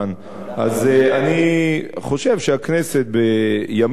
אז אני חושב שהכנסת בימים כאלה,